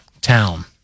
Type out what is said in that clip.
town